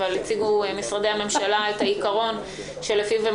אבל הציגו משרדי הממשלה את העיקרון שלפיו הם